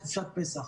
חופשת פסח.